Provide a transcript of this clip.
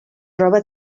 roba